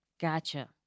Gotcha